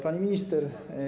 Pani Minister!